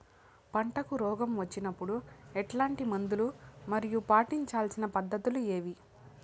పంటకు రోగం వచ్చినప్పుడు ఎట్లాంటి మందులు మరియు పాటించాల్సిన పద్ధతులు ఏవి?